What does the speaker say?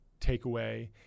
takeaway